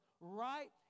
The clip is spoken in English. right